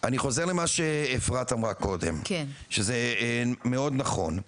אני חוזר למה שאפרת אמרה קודם שזה מאוד נכון.